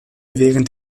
während